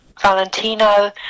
Valentino